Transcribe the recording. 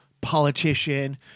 politician